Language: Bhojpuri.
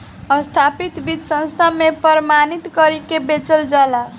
सत्यापित बीज संस्था से प्रमाणित करके बेचल जाला